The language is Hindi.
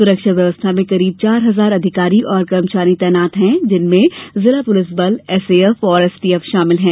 सुरक्षा व्यवस्था में करीब चार हजार अधिकारी और कर्मचारी तैनात हैं जिनमें जिला पुलिस बल एसएएफ एसटीएफ शामिल हैं